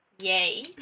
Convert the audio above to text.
Yay